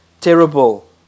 terrible